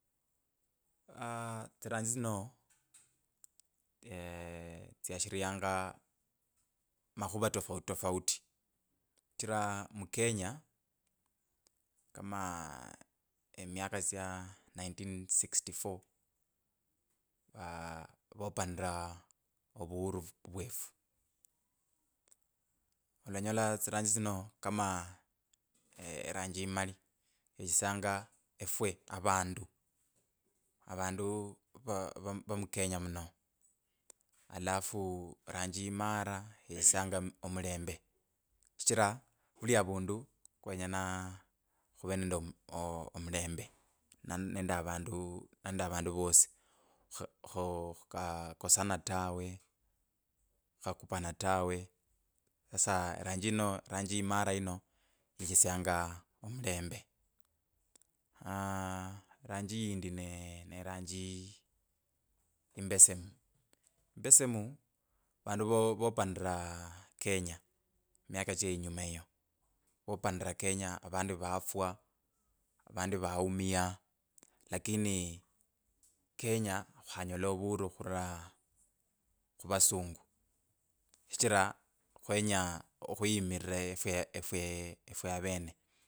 tasiranji tsino tsyashirianga makhuva tofauti tofauti shi chira mu kenya. kama emiaka cha ninteen sixty four aah vupanira ovuhuru v- v- vwefu olanyola tsiranjii tsino kama eranji imali yechesyanga efwe. avandu. avandu va- vamu kenya muno alafu ranji imara yechesyanga om- omulembe shichira vulia vandu. vosi. kho khuk- khukha kosana tawe khukha khupana tawe. Sasa eranjiyino. ranji imbesemu imbesemu vanduvo vopanira kenya miaka che inyuma eyo vopanira kenya. avandi vafwa. avandi vaumia lakini kenya kwa nyolaa vuhuru khurula khu vasungu. Shichira kwenya okhwi yimirirae- efwe- efweavene.